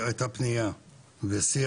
הייתה פנייה ושיח,